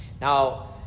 Now